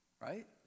right